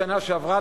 בשנה שעברה,